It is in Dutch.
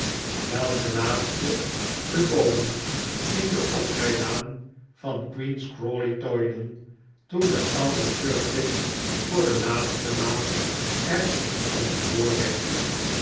welke laatste de boomen in de oprijlaan van queen's crawley tooiden toen de oude sir pitt voor de laatste maal er